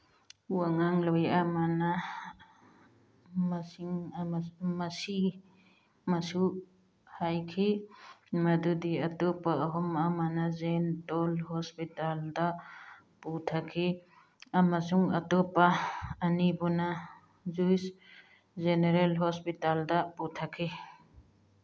ꯋꯥꯉꯥꯡꯂꯣꯏ ꯑꯃꯅ ꯃꯁꯤꯡ ꯃꯁꯤꯃꯁꯨ ꯍꯥꯏꯈꯤ ꯃꯗꯨꯗꯤ ꯑꯇꯣꯞꯄ ꯑꯍꯨꯝ ꯑꯃꯅ ꯖꯦꯟꯇꯣꯜ ꯍꯣꯁꯄꯤꯇꯥꯜꯗ ꯄꯨꯊꯈꯤ ꯑꯃꯁꯨꯡ ꯑꯇꯣꯞꯄ ꯑꯅꯤꯕꯨꯅ ꯖꯨꯁ ꯖꯦꯅꯦꯔꯦꯜ ꯍꯣꯁꯄꯤꯇꯥꯜꯗ ꯄꯨꯊꯈꯤ